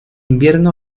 invierno